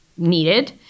needed